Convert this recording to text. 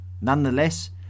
Nonetheless